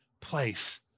place